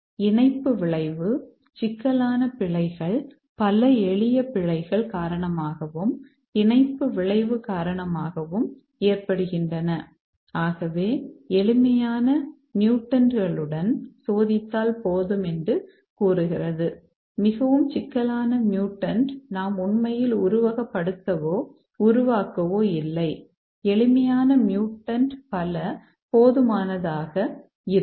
இணைப்பு விளைவு சிக்கலான பிழைகள் பல எளிய பிழைகள் காரணமாகவும் இணைப்பு விளைவு காரணமாகவும் ஏற்படுகின்றன ஆகவே எளிமையான மியூடன்ட் பல போதுமானதாக இருக்கும்